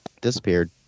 disappeared